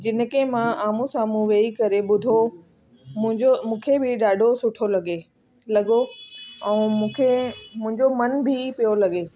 जिनखे मां आम्हूं साम्हूं वेही करे ॿुधो मुंहिंजो मूंखे बि ॾाढो सुठो लॻे लॻो ऐं मूंखे मुंहिंजो मन बि पियो लॻे